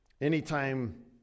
Anytime